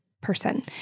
person